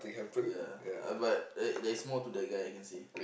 ya uh but there there's more to that guy I can see